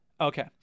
okay